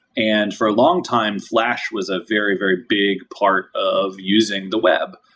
and for a long time flash was a very, very big part of using the web.